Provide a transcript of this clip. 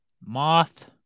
Moth